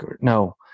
No